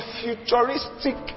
futuristic